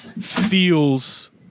feels